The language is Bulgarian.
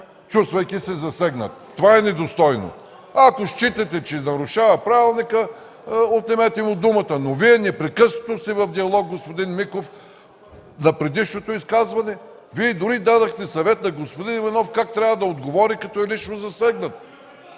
чувствайки се засегнат. Това е недостойно. Ако считате, че нарушава правилника, отнемете му думата, но Вие непрекъснато сте в диалог, господин Миков, на предишното изказване. Вие дори дадохте съвет на господин Иванов как трябва да отговори, като е лично засегнат.